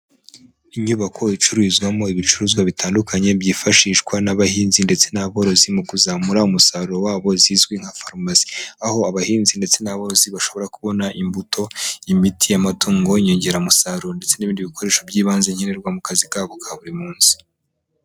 Inyubako icururizwamo ibicuruzwa bitandukanye byifashishwa n'abahinzi ndetse n'aborozi mu kuzamura umusaruro wabo zizwi nka farumasi, aho abahinzi ndetse n'aborozi bashobora kubona imbuto, imiti y'amatungo, inyongeramusaruro ndetse n'ibindi bikoresho by'ibanze nkenerwa mu kazi kabo ka buri munsi.